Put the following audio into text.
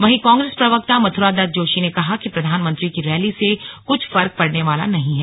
वहीं कांग्रेस प्रवक्ता मथुरा दत्त जोशी ने कहा कि प्रधानमंत्री की रैली से कुछ फर्क पड़ने वाला नहीं हैं